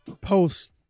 post